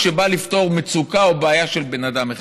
שבא לפתור מצוקה או בעיה של בן אדם אחד.